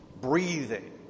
breathing